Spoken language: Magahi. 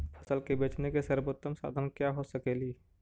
फसल के बेचने के सरबोतम साधन क्या हो सकेली?